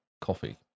coffee